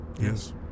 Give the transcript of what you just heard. Yes